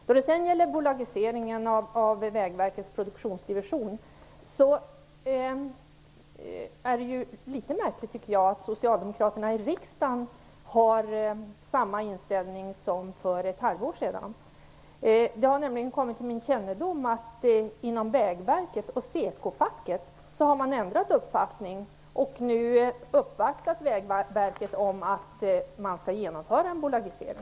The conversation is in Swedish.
När det gäller bolagiseringen av Vägverkets produktionsdivision tycker jag att det är litet märkligt att socialdemokraterna i riksdagen har samma inställning som för ett halvår sedan. Det har nämligen kommit till min kännedom att Vägverket och SEKO-facket har ändrat uppfattning. Nu har man uppvaktat Vägverket om att en bolagisering bör genomföras.